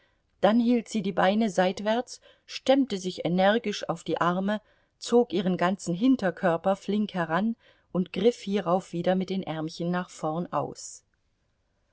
dann hielt sie die beine seitwärts stemmte sich energisch auf die arme zog ihren ganzen hinterkörper flink heran und griff hierauf wieder mit den ärmchen nach vorn aus